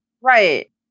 Right